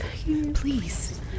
Please